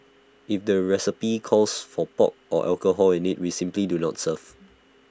if the recipe calls for pork or alcohol in IT we simply do not serve